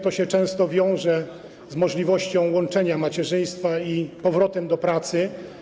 To często wiąże się z możliwością łączenia macierzyństwa z powrotem do pracy.